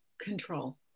control